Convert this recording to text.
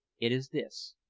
it is this.